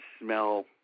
smell